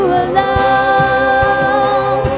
alone